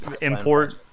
import